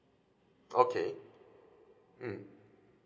okay mm